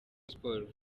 sports